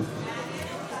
מעניין אותם.